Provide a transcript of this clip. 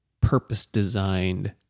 purpose-designed